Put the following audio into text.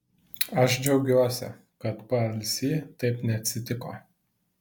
aš džiaugiuosi kad paalsy taip neatsitiko